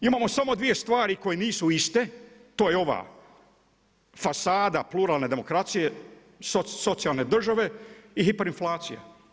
Imamo samo 2 stvari koje nisu iste, to je ova fasada pluralne demokracije, socijalne države i hiperinflacije.